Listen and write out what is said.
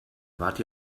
wart